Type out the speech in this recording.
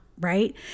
right